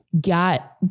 got